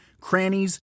crannies